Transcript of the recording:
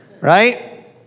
Right